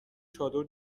چادر